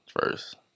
first